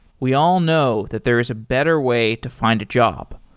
we all know that there is a better way to find a job.